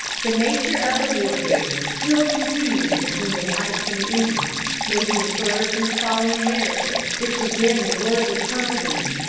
the nature of the warfare still continuing between the whites and the indians may be inferred from the following narrative, which we give in the words of colonel boone